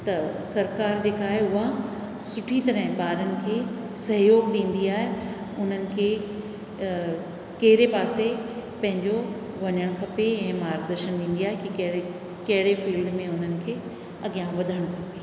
त सरकार जेका आहे उहा सुठी तरह ॿारनि खे सहयोग ॾींदी आहे उन्हनि खे कहिड़े पासे पंहिंजो वञणु खपे ऐं मार्गदर्शन ॾींदी आहे कि कहिड़े कहिड़े फील्ड में उन्हनि खे अॻियां वधणु खपे